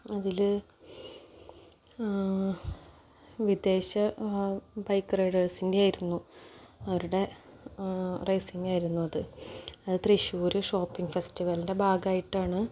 അതില് വിദേശ ബൈക്ക് റൈഡേഴ്സിൻ്റേതായിരുന്നു അവരുടെ റേയ്സിങ് ആയിരുന്നു അത് അത് തൃശ്ശൂര് ഷോപ്പിംഗ് ഫെസ്റ്റിവലിൻ്റെ ഭാഗമായിട്ടാണ്